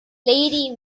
lady